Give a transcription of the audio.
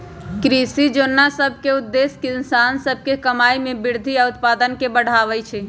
कृषि जोजना सभ के उद्देश्य किसान सभ के कमाइ में वृद्धि आऽ उत्पादन के बढ़ेनाइ हइ